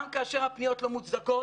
גם כאשר הפניות לא מוצדקות,